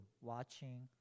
watching